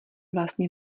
vlastně